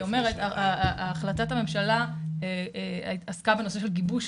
לא, אני אומרת, החלטת הממשלה עסקה בנושא של גיבוש